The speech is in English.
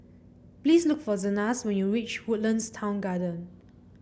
please look for Zenas when you reach Woodlands Town Garden